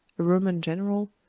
a roman general,